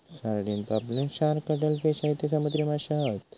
sardine, पापलेट, shark, cuttle fish हयते समुद्री माशे हत